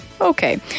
Okay